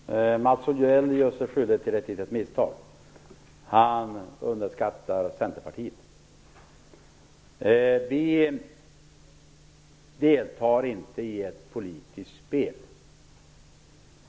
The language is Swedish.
Fru talman! Mats Odell gör sig skyldig till ett litet misstag: Han underskattar Centerpartiet. Vi deltar inte i ett politiskt spel.